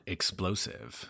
Explosive